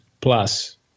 plus